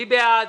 מי בעד?